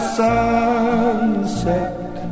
sunset